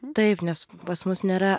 taip nes pas mus nėra